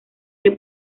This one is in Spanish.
que